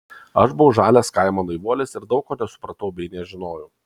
aš buvau žalias kaimo naivuolis ir daug ko nesupratau bei nežinojau